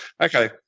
Okay